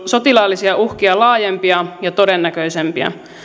sotilaallisia uhkia laajempia ja todennäköisempiä